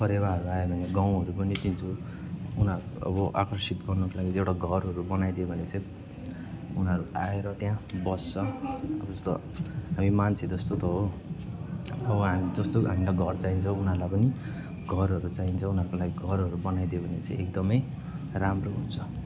परेवाहरू आयो भने गहुँहरू पनि दिन्छु उनीरू अब आकर्षित गर्नुको लागि चाहिँ एउटा घरहरू बनाइदियो भने चाहिँ उनीरू आएर त्यहाँ बस्छ अब जस्तो हामी मान्छे जस्तो त हो अब हामी जस्तो हामीलाई घर चाहिन्छ उनीहरूलाई पनि घरहरू चाहिन्छ उनीहरूको लागि घरहरू बनाइदियो भने चाहिँ एकदमै राम्रो हुन्छ